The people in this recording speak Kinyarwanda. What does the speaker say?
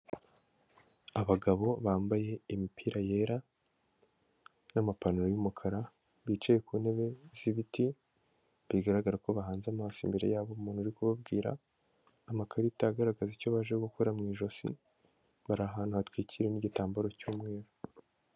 Abagabo bambaye imipira yera n'amapantaro y'umukara, bicaye ku ntebe z'ibiti, bigaragara ko bahanze amaso imbere yabo umuntu uri kubabwira, amakarita agaragaza icyo baje gukora mu ijosi, bari ahantu hatwikiriwe n'igitambaro cy'umweru.